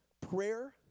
Prayer